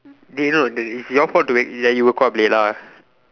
dey no the it's your fault to wake that you woke up late ah